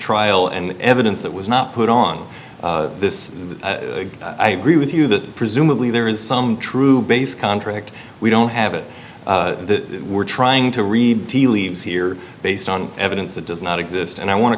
trial and the evidence that was not put on this i agree with you that presumably there is some true based contract we don't have the we're trying to read tea leaves here based on evidence that does not exist and i want to